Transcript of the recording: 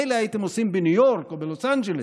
מילא הייתם עושים בניו יורק או בלוס אנג'לס.